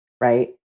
Right